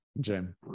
Jim